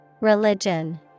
Religion